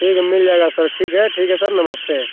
ठीक है मिल जाएगा सर ठीक है ठीक है सर नमस्ते